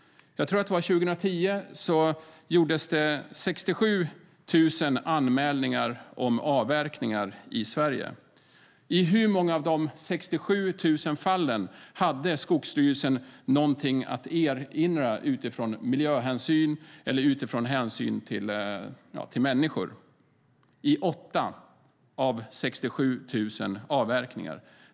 Jag tror att det 2010 gjordes 67 000 anmälningar om avverkning i Sverige. I hur många av dessa 67 000 fall hade Skogsstyrelsen någonting att erinra utifrån miljöhänsyn eller hänsyn till människor? Det var i 8 av 67 000 avverkningsfall.